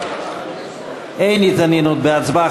אין התעניינות בהצבעה.